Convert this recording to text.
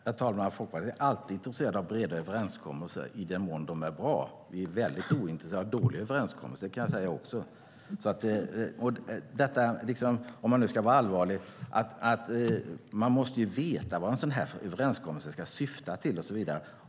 Herr talman! Folkpartiet är alltid intresserat av breda överenskommelser i den mån de är bra. Vi är väldigt ointresserade av dåliga överenskommelser, kan jag säga. Man måste veta vad en sådan där överenskommelse ska syfta till.